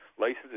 License